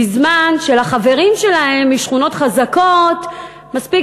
בזמן שהחברים שלהם משכונות חזקות מספיק